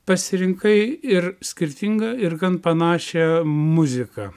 pasirinkai ir skirtingą ir gan panašią muziką